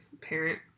parent